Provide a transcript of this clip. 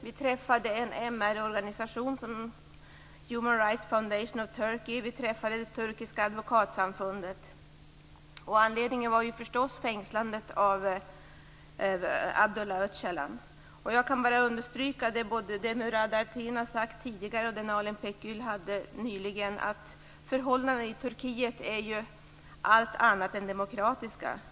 Vi träffade en Turkey. Vi träffade också det turkiska advokatsamfundet. Anledningen var förstås fängslandet av Abdullah Öcalan. Jag kan bara understryka det Murad Artin tidigare har sagt och det Nalin Pekgul nyligen sade, att förhållandena i Turkiet är allt annat än demokratiska.